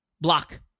block